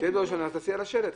אז תטילי על השלט.